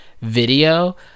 video